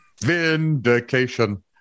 vindication